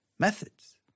Methods